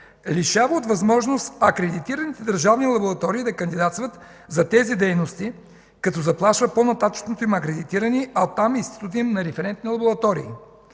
лишава от възможност акредитираните държавни лаборатории да кандидатстват за тези дейности като заплашва по-нататъшното им акредитиране, а оттам и института им на референтни лаборатории.